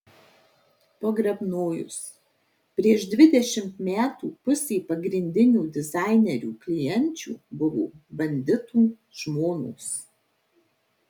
pogrebnojus prieš dvidešimt metų pusė pagrindinių dizainerių klienčių buvo banditų žmonos